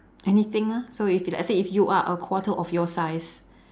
anything ah so if let's say you are a quarter of your size